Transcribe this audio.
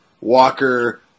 Walker